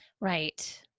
Right